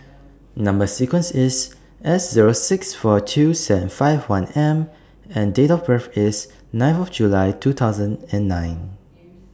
Number sequence IS S Zero six four two seven five one M and Date of birth IS nine of July two thousand and nine